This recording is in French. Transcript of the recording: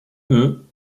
eux